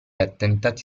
attentati